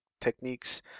techniques